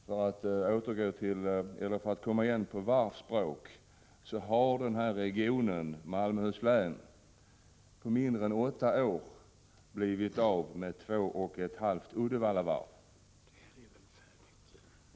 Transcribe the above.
När det gäller varven har den här regionen, Malmöhus län, på mindre än åtta år blivit av med två och ett halvt Uddevallavarv.